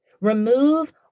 Remove